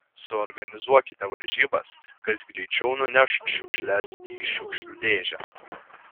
suorganizuokite varžybas kas greičiau nuneš šiukšles į šiukšlių dėžę